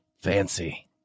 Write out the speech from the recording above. Fancy